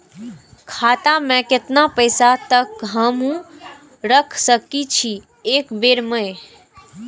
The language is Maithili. खाता में केतना पैसा तक हमू रख सकी छी एक बेर में?